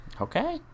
Okay